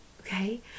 Okay